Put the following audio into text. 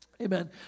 Amen